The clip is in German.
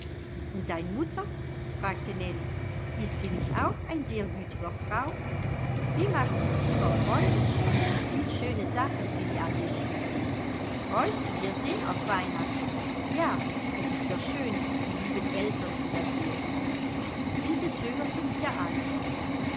und dein mutter fragte nellie ist sie nicht auch ein sehr gütiger frau wie macht sie dich immer freude mit die viel schöne sachen die sie an dir schickt freust du dir sehr auf weihnachten ja es ist doch schön die lieben eltern wieder sehen ilse zögerte mit der antwort